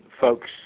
folks